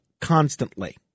constantly